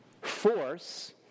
force